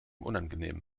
unangenehm